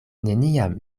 neniam